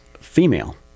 female